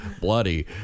bloody